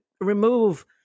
remove